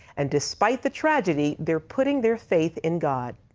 and despite the tragedy, they're putting their faith in god.